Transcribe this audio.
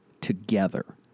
together